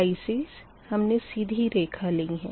ICs हमने सीधी रेखा लीं हैं